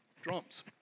drums